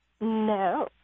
no